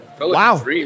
Wow